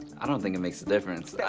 i don't think it makes a difference.